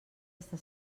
està